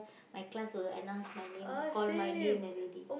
my class will announce my name call my name already